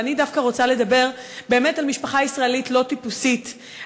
ואני דווקא רוצה לדבר על משפחה ישראלית לא טיפוסית,